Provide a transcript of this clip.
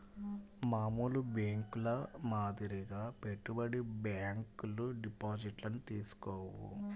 మామూలు బ్యేంకుల మాదిరిగా పెట్టుబడి బ్యాంకులు డిపాజిట్లను తీసుకోవు